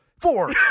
Four